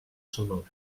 sonor